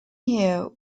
here